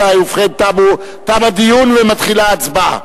רבותי, ובכן, תם הדיון ומתחילה ההצבעה.